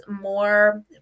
more